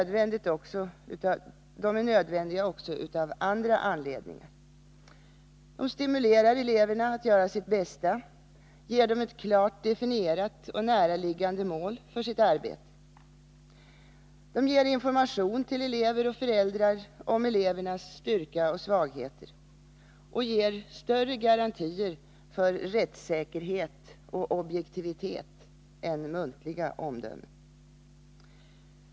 De är nödvändiga också av andra anledningar. De stimulerar eleverna att göra sitt bästa och ger dem ett klart definierat och näraliggande mål för sitt arbete. De ger information till elever och föräldrar om elevernas styrka och svagheter samt ger större garantier för rättssäkerhet och objektivitet än muntliga omdömen.